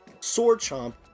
swordchomp